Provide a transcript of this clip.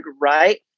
right